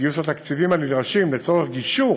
גיוס התקציבים הנדרשים לצורך גישור